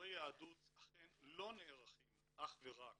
ובירורי יהדות אכן לא נערכים אך ורק